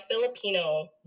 Filipino